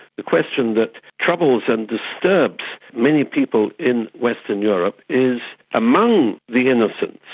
the question that troubles and disturbs many people in western europe is among the innocents,